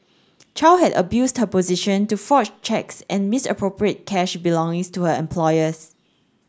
chow had abused her position to forge cheques and misappropriate cash belonging to her employers